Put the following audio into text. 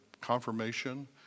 confirmation